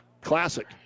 Classic